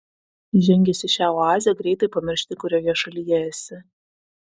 įžengęs į šią oazę greitai pamiršti kurioje šalyje esi